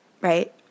right